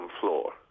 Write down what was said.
floor